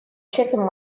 chicken